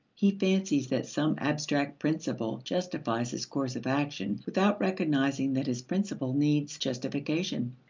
he fancies that some abstract principle justifies his course of action without recognizing that his principle needs justification.